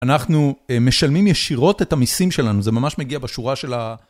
אנחנו משלמים ישירות את המיסים שלנו, זה ממש מגיע בשורה של ה...